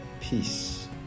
peace